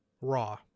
Raw